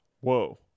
Whoa